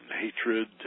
hatred